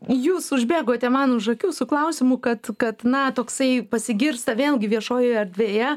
jūs užbėgote man už akių su klausimu kad kad na toksai pasigirsta vėlgi viešojoje erdvėje